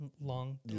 Long